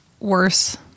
worse